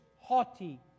haughty